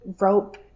rope